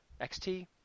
XT